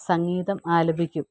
സംഗീതം ആലപിക്കും